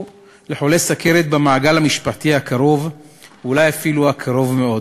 לחולה סוכרת במעגל המשפחתי הקרוב ואולי אפילו הקרוב מאוד,